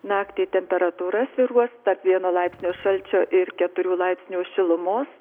naktį temperatūra svyruos tarp vieno laipsnio šalčio ir keturių laipsnių šilumos